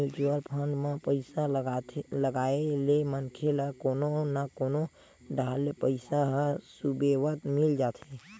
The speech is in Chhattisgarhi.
म्युचुअल फंड म पइसा लगाए ले मनखे ल कोनो न कोनो डाहर ले पइसा ह सुबेवत मिल जाथे